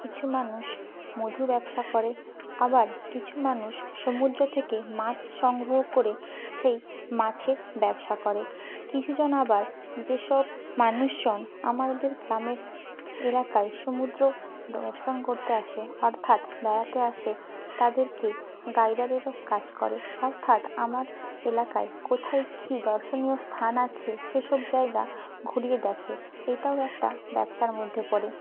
কিছু মানুষ মধু ব্যবসা করে আবার কিছু মানুষ সমুদ্র থেকে মাছ সংগ্রহ করে সেই মাছের ব্যবসা করে কিছু জন আবার যে সব মানুষ জন আমাদের গ্রামের এলাকায় সমুদ্র দর্শন করতে আসে অর্থাৎ বেড়াতে আসে তাদেরকে গাইডারেরও কাজ করে অর্থাৎ আমার এলাকায় কোথায় কী দর্শনীয় স্থান আছে সে সব জায়গা ঘুরিয়ে দেখে এটাও একটা ব্যবসার মধ্যে পড়ে